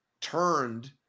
turned